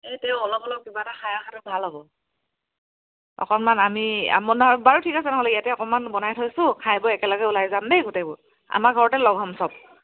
এই তেওঁ অলপ অলপ কিবা এটা খাই অহাটো ভাল হ'ব অকণমান আমি আমনা বাৰু ঠিক আছে নহ'লে ইয়াতে অকণমান বনাই থৈছোঁ খাই বৈ একেলগে ওলাই যাম দেই গোটেইবোৰ আমাৰ ঘৰতে লগ হ'ম চব